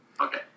Okay